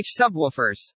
subwoofers